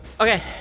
Okay